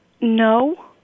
No